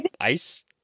ice